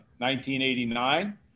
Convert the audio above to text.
1989